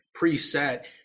preset